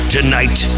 Tonight